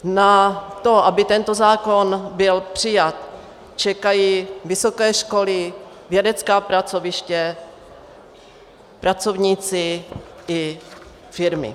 Na to, aby tento zákon byl přijat, čekají vysoké školy, vědecká pracoviště, pracovníci i firmy.